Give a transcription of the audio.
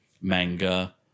manga